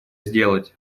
сделать